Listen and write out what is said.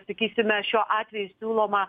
sakysime šiuo atveju siūloma